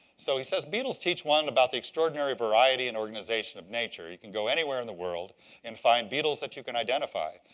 so he says beetles teach one about the extraordinary variety and organization of nature. you can go anywhere in the world and find beetles that you can identify.